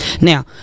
now